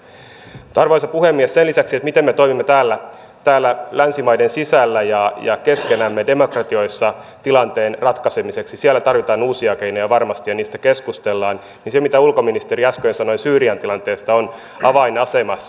mutta arvoisa puhemies sen lisäksi miten me toimimme täällä länsimaiden sisällä ja keskenämme demokratioissa tilanteen ratkaisemiseksi siellä tarvitaan uusia keinoja varmasti ja niistä keskustellaan se mitä ulkoministeri äsken sanoi syyrian tilanteesta on avainasemassa